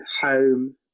home